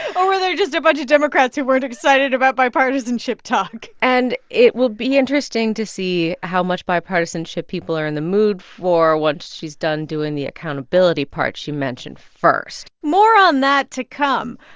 or were there just a bunch of democrats who weren't excited about bipartisanship talk? and it will be interesting to see how much bipartisanship people are in the mood for once she's done doing the accountability part she mentioned first more on that to come.